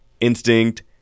instinct